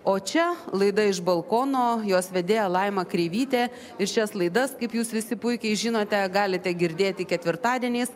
o čia laida iš balkono jos vedėja laima kreivytė ir šias laidas kaip jūs visi puikiai žinote galite girdėti ketvirtadieniais